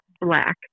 black